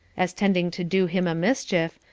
as tending to do him a mischief,